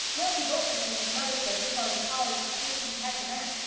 milty boulter says his mother says you're going to college to see if you can catch a man.